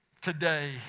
today